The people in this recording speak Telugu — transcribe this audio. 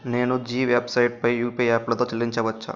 నేను జీ వెబ్సైట్పై యూపిఐ యాప్లతో చెల్లించవచ్చా